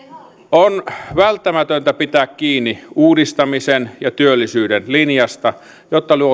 on välttämätöntä pitää kiinni uudistamisen ja työllisyyden linjasta jotta